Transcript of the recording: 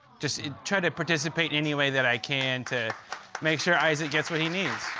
just try to participate any way that i can to make sure isaac gets what he needs.